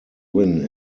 win